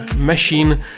Machine